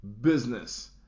business